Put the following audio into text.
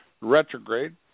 retrograde